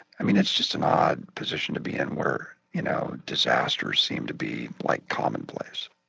i mean, it's just an odd position to be in where you know disasters seem to be like commonplace